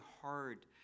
hard